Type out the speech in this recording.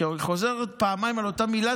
כשהיא חוזרת פעמיים על אותה מילה,